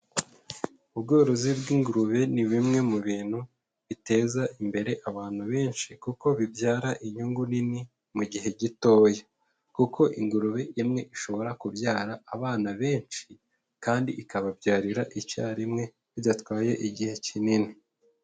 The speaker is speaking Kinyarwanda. Ubworozi bw'ingurube, ni bimwe mu bintu biteza imbere abantu benshi kuko bibyara inyungu nini mu gihe gitoya, kuko ingurube imwe ishobora kubyara abana benshi kandi ikababyarira icyarimwe bidatwaye igihe kinini.